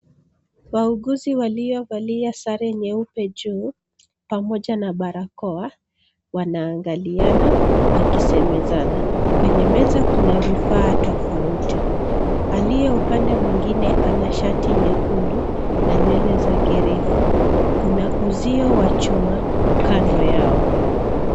Wauguzi waliovalia sare nyeupe juu, pamoja na barakoa wanaangaliana wakisemezana. Kwenye meza kuna vifaa tofauti, aliye upande mwingine ana shati nyekundu na nywele zake refu. Kuna uzio wa chuma kando yao.